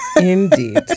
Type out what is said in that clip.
Indeed